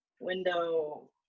window